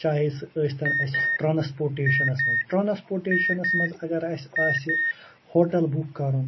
چاہیے سٕہ ٲستن اَسہِ ٹرٛانٛسپوٹیٚشنس منٛز ٹرٛانسپوٹیٚشنس منٛز اگر آسہِ ہوٹل بُک کَرُن